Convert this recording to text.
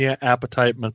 Appetite